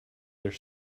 their